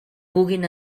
puguin